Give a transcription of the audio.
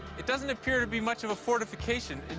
it doesn't appear to be much of a fortification.